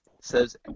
says